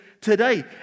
today